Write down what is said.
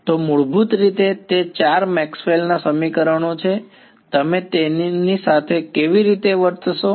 તો મૂળભૂત રીતે તે ચાર મેક્સવેલના maxwell's સમીકરણો તમે તેમની સાથે કેવી રીતે વર્તશો